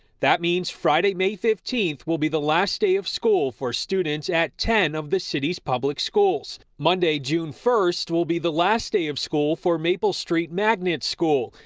that means, friday, may fifteen will be the last day of school for students at ten of the city's public schools. monday, june one will be the last day of school for maple street magnet school.